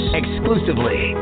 exclusively